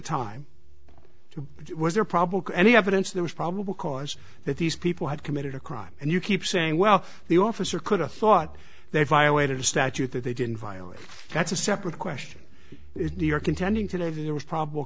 the evidence there was probable cause that these people had committed a crime and you keep saying well the officer could have thought they violated a statute that they didn't violate that's a separate question is new york intending to live there was probable